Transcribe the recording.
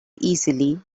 easily